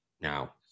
now